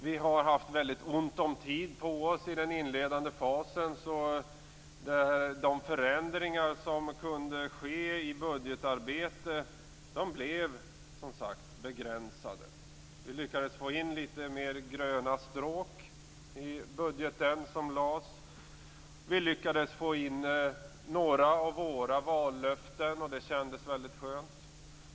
Vi har haft väldigt ont om tid i den inledande fasen, så de förändringar som kunde ske i budgetarbetet blev, som sagt var, begränsade. Vi lyckades få in lite fler gröna stråk i budgeten som lades fram. Vi lyckades få in några av våra vallöften, och det kändes väldigt skönt.